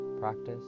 practice